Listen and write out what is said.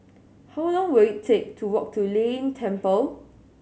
how long will it take to walk to Lei Yin Temple